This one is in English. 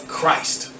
Christ